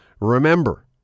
remember